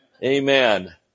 Amen